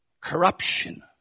corruption